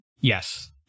Yes